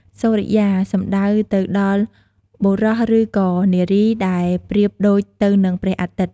សូរិយា សំដៅទៅដល់បុរសឬក៏នារី ដែលប្រៀបដូចទៅនឹងព្រះអាទិត្យ។